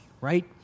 right